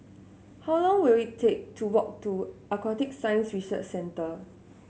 how long will it take to walk to Aquatic Science Research Centre